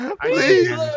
Please